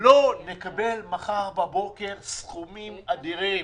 לא נקבל מחר בבוקר סכומים אדירים.